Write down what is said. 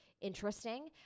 interesting